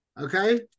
Okay